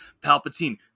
Palpatine